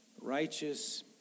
righteous